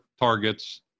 targets